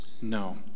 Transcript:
No